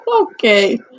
okay